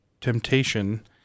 temptation